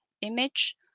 image